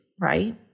Right